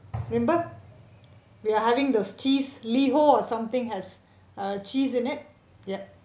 remember we are having those cheese Liho or something has uh cheese in it ya